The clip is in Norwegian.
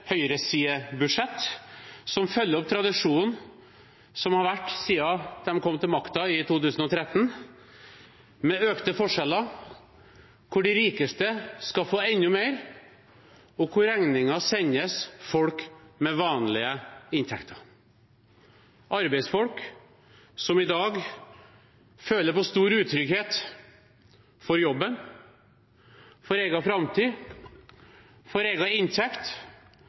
som følger opp tradisjonen som har vært siden de kom til makten i 2013, med økte forskjeller, der de rikeste skal få enda mer, og der regningen sendes folk med vanlige inntekter. Arbeidsfolk som i dag føler på stor utrygghet for jobben, for egen framtid, for egen inntekt